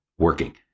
working